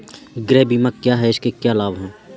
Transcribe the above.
गृह बीमा क्या है इसके क्या लाभ हैं?